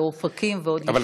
ואופקים ועוד יישובים סביב.